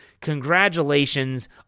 congratulations